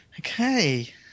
Okay